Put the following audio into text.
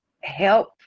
help